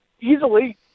easily